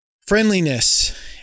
friendliness